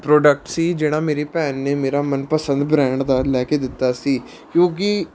product ਸੀ ਜਿਹੜਾ ਮੇਰੀ ਭੈਣ ਨੇ ਮੇਰਾ ਮਨਪਸੰਦ ਬਰੈਂਡ ਦਾ ਲੈ ਕੇ ਦਿੱਤਾ ਸੀ ਕਿਉੰਕਿ